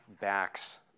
backs